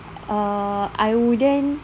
err I wouldn't